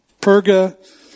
Perga